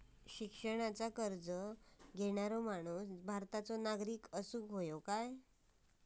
शिक्षणाचो कर्ज घेणारो माणूस भारताचो नागरिक असूक हवो काय?